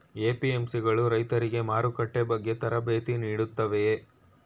APMC ಗಳು ರೈತರಿಗೆ ಮಾರುಕಟ್ಟೆ ಬಗ್ಗೆ ತರಬೇತಿ ನೀಡುತ್ತವೆಯೇ?